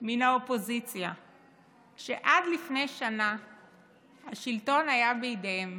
מן האופוזיציה שעד לפני שנה השלטון היה בידיהם,